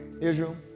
Israel